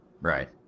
Right